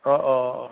অঁ অঁ অঁ